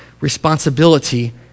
responsibility